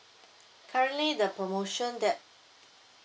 currently the promotion that